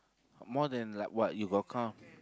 more than like what you got count